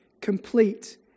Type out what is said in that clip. complete